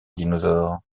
dinosaures